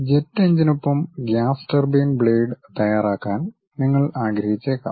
jet എഞ്ചിനൊപ്പം gas turbine blade തയ്യാറാക്കാൻ നിങ്ങൾ ആഗ്രഹിച്ചേക്കാം